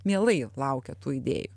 mielai laukia tų idėjų